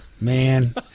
man